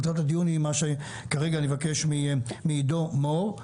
מטרת הדיון היא מה שאני מבקש כרגע מעידו מור,